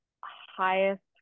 highest